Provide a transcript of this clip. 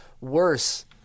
worse